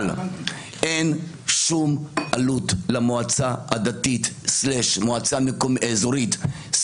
אבל אין שום עלות למועצה הדתית או המועצה האזורית או